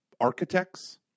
architects